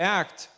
act